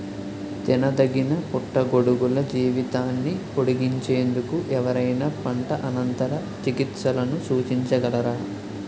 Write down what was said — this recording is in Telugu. తినదగిన పుట్టగొడుగుల జీవితాన్ని పొడిగించేందుకు ఎవరైనా పంట అనంతర చికిత్సలను సూచించగలరా?